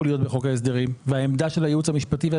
להיות בחוק ההסדרים והעמדה של הייעוץ המשפטי ושל